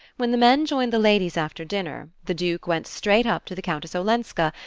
when the men joined the ladies after dinner the duke went straight up to the countess olenska,